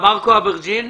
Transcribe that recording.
מרקו אברג'יל.